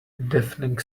deafening